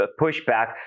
pushback